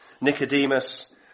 Nicodemus